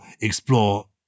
explore